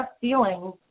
feeling